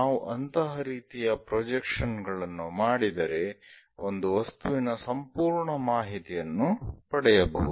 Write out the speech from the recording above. ನಾವು ಅಂತಹ ರೀತಿಯ ಪ್ರೊಜೆಕ್ಷನ್ ಗಳನ್ನು ಮಾಡಿದರೆ ಒಂದು ವಸ್ತುವಿನ ಸಂಪೂರ್ಣ ಮಾಹಿತಿಯನ್ನು ಪಡೆಯಬಹುದು